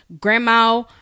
grandma